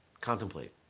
contemplate